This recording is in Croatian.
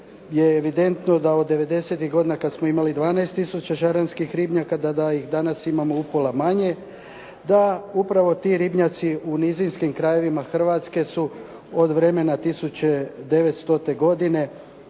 je evidentno da od devedesetih godina kad smo imali 12000 šaranskih ribnjaka da ih danas imamo upola manje, da upravo ti ribnjaci u nizinskim krajevima Hrvatske su od vremena 1900 godine